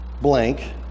blank